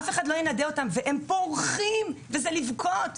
הם סוף סוף פורחים, וזה לבכות.